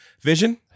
vision